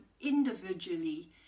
individually